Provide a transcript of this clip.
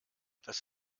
das